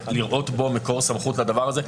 לראות בו מקור סמכות לדבר הזה,